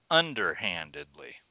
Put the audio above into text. underhandedly